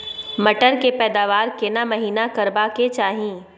मटर के पैदावार केना महिना करबा के चाही?